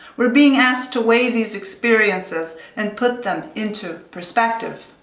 we're being asked to weigh these experiences and put them into perspective.